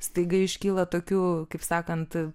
staiga iškyla tokių kaip sakant